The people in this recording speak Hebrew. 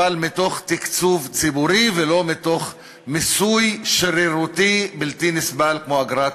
אבל מתוך תקצוב ציבורי ולא מתוך מיסוי שרירותי בלתי נסבל כמו האגרה.